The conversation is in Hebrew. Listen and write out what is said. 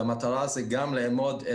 והמטרה היא גם לאמוד,